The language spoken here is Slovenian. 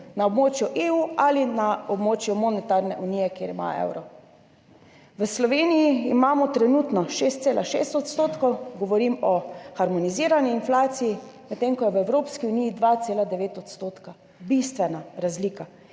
na območju EU ali na območju monetarne unije, kjer imajo evro. V Sloveniji imamo trenutno 6,6-odstotno, govorim o harmonizirani inflaciji, medtem ko je v Evropski uniji 2,9-odstotna. Bistvena razlika.